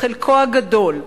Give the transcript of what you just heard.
בחלקו הגדול,